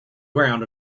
ground